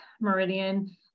meridian